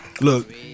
look